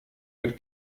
wird